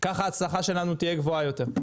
כך ההצלחה שלנו תהיה גבוהה יותר,